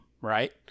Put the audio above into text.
right